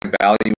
value